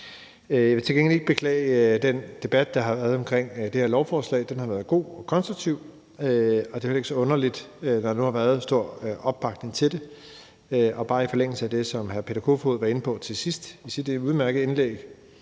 Jeg vil til gengæld ikke beklage den debat, der har været om det her lovforslag. Den har været god og konstruktiv, og det er jo heller ikke så underligt, når der nu har været så stor opbakning til det. I forlængelse af det, som hr. Peter Kofod var inde på til sidst i sit udmærkede indlæg,